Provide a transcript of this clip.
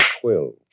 quill